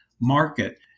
market